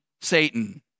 Satan